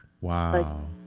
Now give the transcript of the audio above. Wow